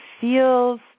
feels